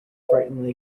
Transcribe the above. frighteningly